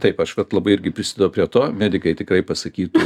taip aš vat labai irgi prisidedu prie to medikai tikrai pasakytų